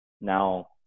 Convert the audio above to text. Now